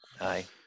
Aye